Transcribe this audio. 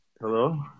Hello